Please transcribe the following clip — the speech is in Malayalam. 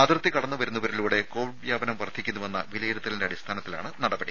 അതിർത്തി കടന്നുവരുന്നവരിലൂടെ കോവിഡ് വ്യാപനം വർധിക്കുന്നുവെന്ന വിലയിരുത്തലിന്റെ അടിസ്ഥാനത്തിലാണ് നടപടി